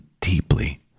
deeply